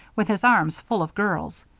with his arms full of girls.